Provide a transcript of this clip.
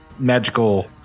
Magical